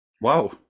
Wow